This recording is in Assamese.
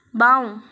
বাওঁ